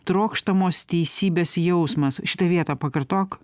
trokštamos teisybės jausmas šitą vietą pakartok